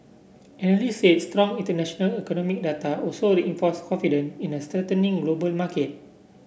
analysts said strong international economic data also reinforced confidence in a strengthening global market